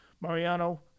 Mariano